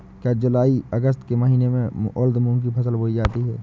क्या जूलाई अगस्त के महीने में उर्द मूंग की फसल बोई जाती है?